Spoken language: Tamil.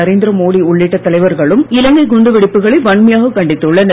நரேந்திர மோடி உள்ளிட்ட தலைவர்களும் இலங்கை குண்டு வெடிப்புகளை வன்மையாகக் கண்டித்துள்ளனர்